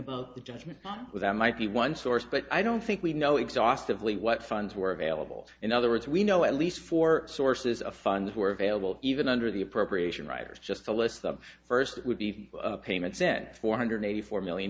about the judgment without might be one source but i don't think we know exhaustively what funds were of a lable in other words we know at least four sources of funds were available even under the appropriation writers just the less the first would be payment sent four hundred eighty four million